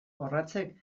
orratzek